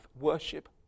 Worship